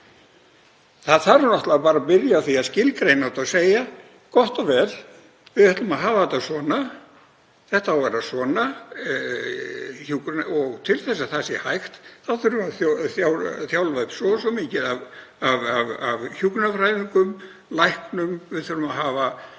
Það þarf náttúrlega bara að byrja á því að skilgreina þetta og segja: Gott og vel. Við ætlum að hafa þetta svona. Þetta á að vera svona. Og til þess að það sé hægt þurfum við að þjálfa upp svo og svo mikið af hjúkrunarfræðingum og læknum. Við þurfum að hafa